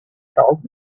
told